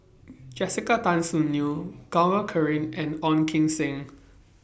Jessica Tan Soon Neo Gaurav caring and Ong Kim Seng